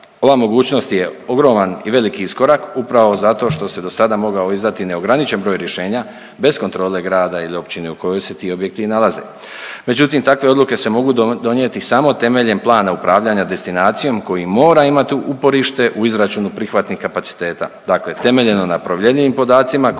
Ova mogućnost je ogroman i velik iskorak upravo zato što se do sada mogao izdati neograničen broj rješenja bez kontrole grada ili općine u kojoj se ti objekti nalaze. Međutim, takve odluke se mogu donijeti samo temeljem plana upravljanja destinacijom koji mora imati uporište u izračunu prihvatnih kapaciteta, dakle temeljeno na provjerljivim podacima koji su